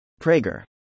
Prager